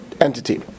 entity